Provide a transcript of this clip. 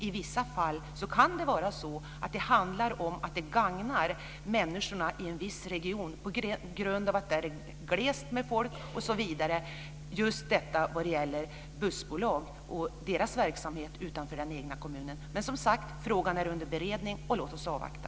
I vissa fall kan det dock vara så att det gagnar människor i en viss region på grund av att det är glest med folk där osv. Det gäller just detta med bussbolag och deras verksamhet utanför den egna kommunen. Men frågan är som sagt under beredning, så låt oss avvakta.